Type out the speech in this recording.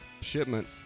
shipment